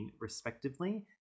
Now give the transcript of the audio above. respectively